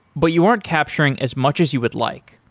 but you aren't capturing as much as you would like.